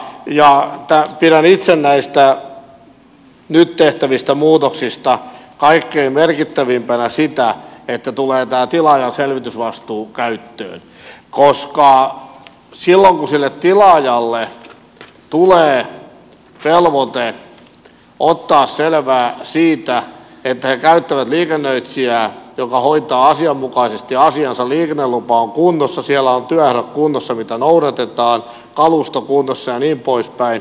pidän itse näistä nyt tehtävistä muutoksista kaikkein merkittävimpänä sitä että tulee tämä tilaajan selvitysvastuu käyttöön koska silloin kun sille tilaajalle tulee velvoite ottaa selvää siitä että käyttää liikennöitsijää joka hoitaa asianmukaisesti asiansa liikennelupa on kunnossa siellä on kunnossa työehdot joita noudatetaan kalusto kunnossa jnp